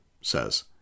says